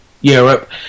Europe